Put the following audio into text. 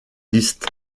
liste